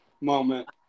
moment